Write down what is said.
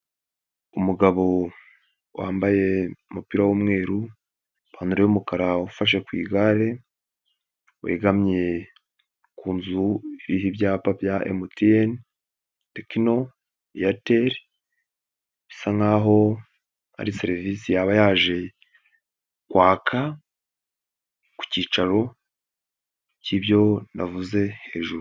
Umugabo wambaye umupira w'umweru, ipantaro y'umukara, ufashe ku igare wegamyeye ku nzu iriho ibyapa bya MTN, TECNO, Airtel, bisa nkaho ari serivisi yaba yaje kwaka ku cyicaro cy'ibyo navuze hejuru.